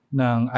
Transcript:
ng